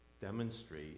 demonstrate